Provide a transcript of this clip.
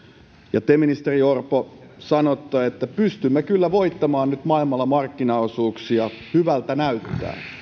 te ministeri orpo sanotte että pystymme kyllä voittamaan nyt maailmalla markkinaosuuksia hyvältä näyttää